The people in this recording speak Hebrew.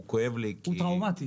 הוא כואב לי --- הוא טראומתי,